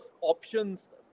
options